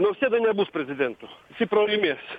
nausėda nebus prezidentu jisai pralaimės